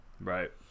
right